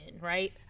right